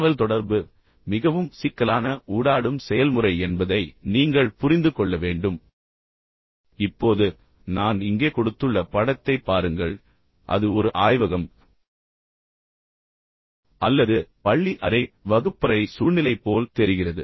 தகவல் தொடர்பு மிகவும் சிக்கலான ஊடாடும் செயல்முறை என்பதை நீங்கள் புரிந்து கொள்ள வேண்டும் இப்போது நான் இங்கே கொடுத்துள்ள படத்தைப் பாருங்கள் அது ஒரு ஆய்வகம் அல்லது பள்ளி அறை வகுப்பறை சூழ்நிலை போல் தெரிகிறது